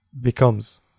becomes